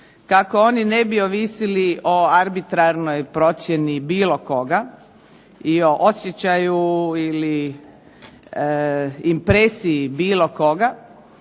kako oni ne bi ovisili o arbitrarnoj procjeni bilo koga i o osjećaju ili impresiji bilo koga,